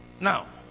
Now